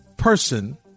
person